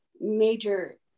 major